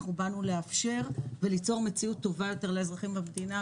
אנחנו באנו לאפשר וליצור מציאות טובה יותר לאזרחים במדינה,